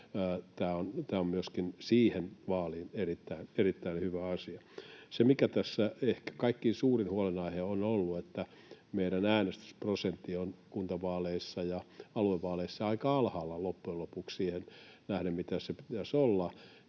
tämä on myöskin siihen erittäin hyvä asia. Mikä tässä ehkä kaikkein suurin huolenaihe on ollut, on se, että meidän äänestysprosentti on kuntavaaleissa ja aluevaaleissa aika alhaalla loppujen lopuksi siihen nähden, mitä sen pitäisi olla,